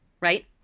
right